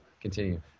continue